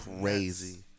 crazy